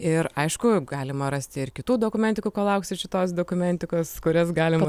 ir aišku galima rasti ir kitų dokumentikų kol lauksit šitos dokumentikos kurias galima